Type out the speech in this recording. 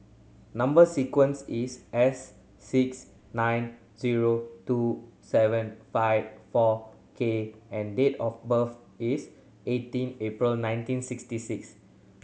number sequence is S six nine zero two seven five four K and date of birth is eighteen April nineteen sixty six